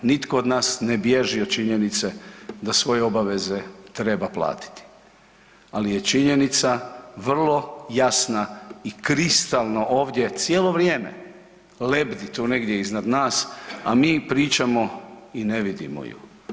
Nitko od nas ne bježi od činjenice da svoje obaveze treba platiti, ali je činjenica vrlo jasna i kristalno ovdje cijelo vrijeme lebdi tu negdje iznad nas, a mi pričamo i ne vidimo ju.